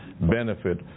benefit